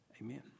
amen